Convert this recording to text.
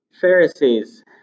Pharisees